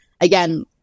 again